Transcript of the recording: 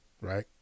right